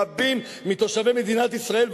רבים מתושבי מדינת ישראל.